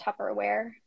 Tupperware